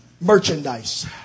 merchandise